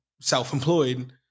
self-employed